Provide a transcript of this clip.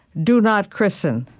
do not christen.